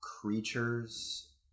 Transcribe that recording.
creatures